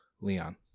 Leon